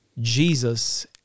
Jesus